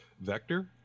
vector